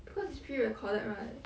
because prerecorded right